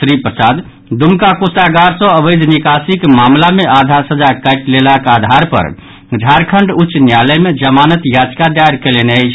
श्री प्रसाद दुमका कोषागार सँ अवैध निकासीक मामिला मे आधा सजा काटि लेलाक आधार पर झारखण्ड उच्च न्यायालय मे जमानत याचिका दायर कयलनि अछि